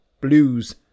blues